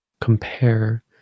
compare